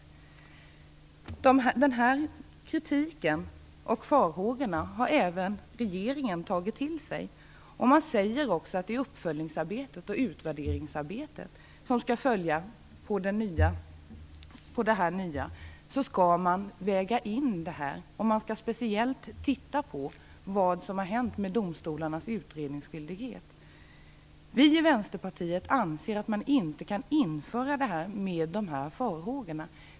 Den här kritiken och de här farhågorna har även regeringen tagit till sig. Man säger också att man i det uppföljningsarbete och det utvärderingsarbete som skall följa på det nya skall väga in detta och speciellt titta på vad som har hänt med domstolarnas utredningsskyldighet. Vi i Vänsterpartiet anser att man inte kan införa det här när dessa farhågor finns.